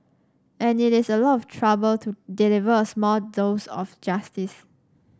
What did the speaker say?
and it is a lot of trouble to deliver a small dose of justice